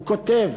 הוא כותב: